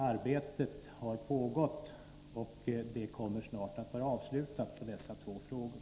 Arbetet har pågått under denna tid, och det kommer snart att vara avslutat när det gäller dessa två frågor.